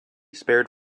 spared